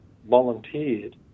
volunteered